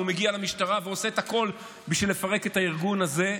והוא מגיע למשטרה ועושה את הכול בשביל לפרק את הארגון הזה,